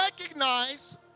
recognize